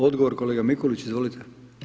Odgovor, kolega Mikulić, izvolite.